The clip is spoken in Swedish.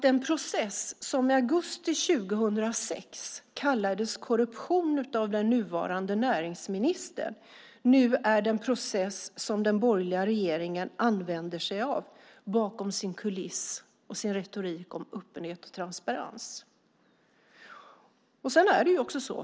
Den process som i augusti 2006 kallades korruption av den nuvarande näringsministern är nu den process som den borgerliga regeringen använder sig av bakom sin kuliss och sin retorik om öppenhet och transparens.